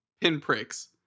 pinpricks